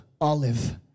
olive